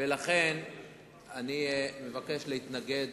לכן אני מבקש להתנגד